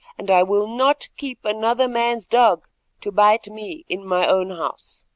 and i will not keep another man's dog to bite me in my own house.